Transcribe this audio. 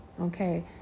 okay